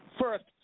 first